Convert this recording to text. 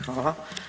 hvala.